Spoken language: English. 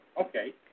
Okay